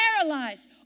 paralyzed